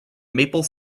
maple